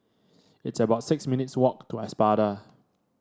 it's about six minutes walk to Espada